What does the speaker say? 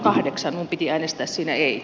minun piti äänestää siinä ei